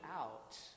out